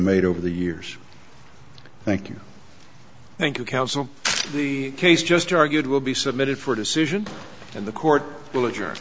made over the years thank you thank you counsel the case just argued will be submitted for decision and the court will a